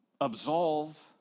absolve